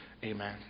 Amen